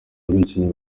bicanyi